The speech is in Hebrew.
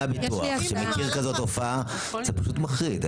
הביטוח שמכיר כזו תופעה זה פשוט מחריד,